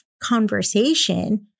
conversation